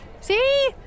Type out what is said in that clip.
See